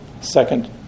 Second